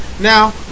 Now